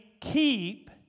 keep